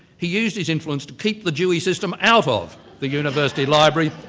he used his influence to keep the dewey system out of the university library,